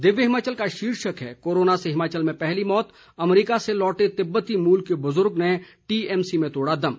दिव्य हिमाचल का शीर्षक है कोरोना से हिमाचल में पहली मौत अमरीका से लौटे तिब्बती मूल के बुजुर्ग ने टीएमसी में तोड़ा दम